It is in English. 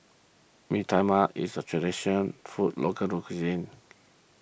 Bee Tai Mak is a traditional food local lo cuisine